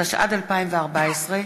התשע"ד 2014,